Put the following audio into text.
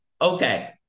Okay